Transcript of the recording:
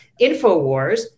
Infowars